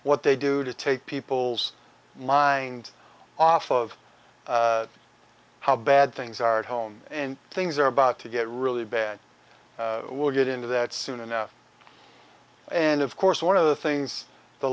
what they do to take people's mind off of how bad things are at home and things are about to get really bad we'll get into that soon enough and of course one of the things the